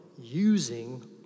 using